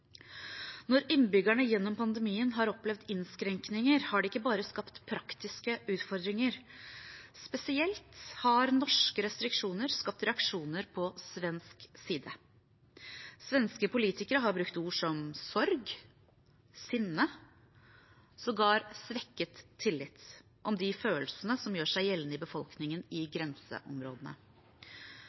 Når innbyggerne gjennom pandemien har opplevd innskrenkninger, har det ikke bare skapt praktiske utfordringer. Spesielt har norske restriksjoner skapt reaksjoner på svensk side. Svenske politikere har brukt ord som «sorg», «sinne», sågar «svekket tillit» om de følelsene som gjør seg gjeldende i befolkningen i grenseområdene.